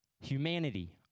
Humanity